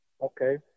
Okay